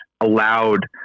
allowed